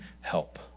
help